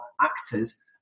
actors